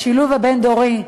השילוב הבין-דורי,